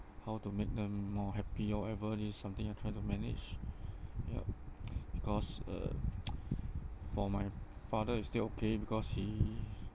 how to make them more happy forever this is something I try to manage yup because uh for my father is still okay because he